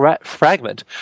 fragment